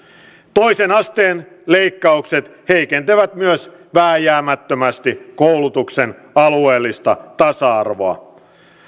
toisen asteen leikkaukset heikentävät myös vääjäämättömästi koulutuksen alueellista tasa arvoa